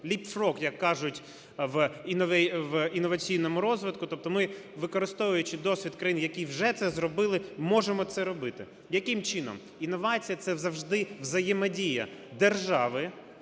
leapfrog, як кажуть, в інноваційному розвитку. Тобто ми, використовуючи досвід країн, які вже це зробили, можемо це робити. Яким чином? Інновація – це завжди взаємодія держави